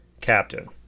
captain